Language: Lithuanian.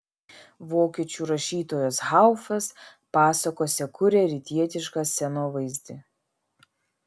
vokiečių rašytojas haufas pasakose kuria rytietišką scenovaizdį